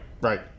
right